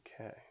okay